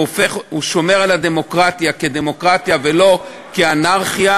הוא שומר על הדמוקרטיה כדמוקרטיה ולא כאנרכיה.